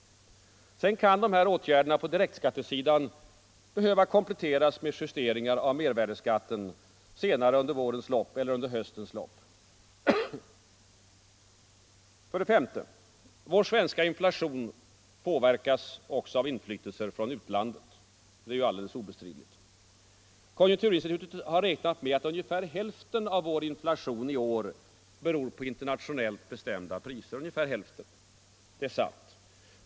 Sedan kan de här åtgärderna på direktskattesidan behöva kompletteras med justeringar av mervärdeskatten senare under vårens eller höstens lopp. 5. Vår svenska inflation påverkas också av inflytelser från utlandet; det är ju alldeles obestridligt. Konjunkturinstitutet har räknat med att ungefär hälften av vår inflation i år beror på internationellt bestämda priser. Det är sant.